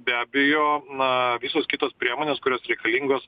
be abejo na visos kitos priemonės kurios reikalingos